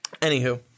Anywho